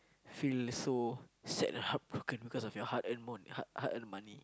feel so sad and heartbroken because of your hard earned mon~ hard earned money